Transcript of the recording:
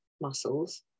muscles